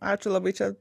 ačiū labai čia